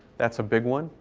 that's a big one,